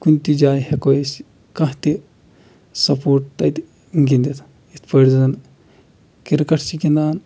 کُنہِ تہِ جایہِ ہیکو أسۍ کانٛہہ تہِ سَپورٹ تَتہِ گِنٛدِتھ یِتھ پٲٹھۍ زَن کِرکَٹ چھِ گِنٛدان